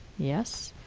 yes.